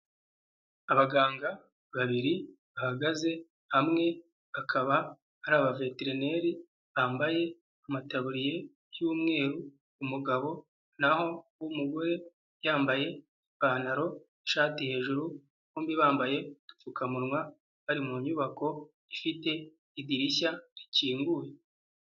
Abaganga babiri bahagaze hamwe, bakaba hari aba veterineri bambaye amataburiye y'umweru umugabo naho umugore yambaye ipantaro ishati hejuru bombi bambaye udupfukamunwa bari mu nyubako ifite idirishya rikinguye.